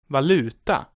Valuta